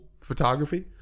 photography